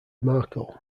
marco